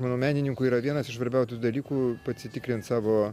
manau menininkui yra vienas iš svarbiausių dalykų pasitikrint savo